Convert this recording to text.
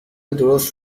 درست